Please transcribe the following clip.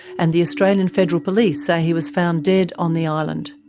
and the australian federal police say he was found dead on the island.